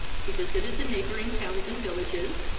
he visited the neighbouring towns and villages,